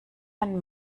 ein